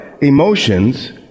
Emotions